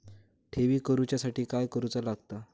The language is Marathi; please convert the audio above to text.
ठेवी करूच्या साठी काय करूचा लागता?